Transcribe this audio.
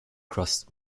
crust